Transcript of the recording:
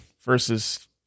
versus